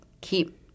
keep –